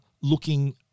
looking